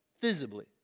visibly